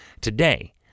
Today